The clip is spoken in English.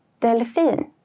Delfin